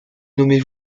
nommez